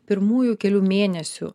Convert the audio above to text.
pirmųjų kelių mėnesių